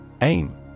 AIM